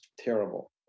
terrible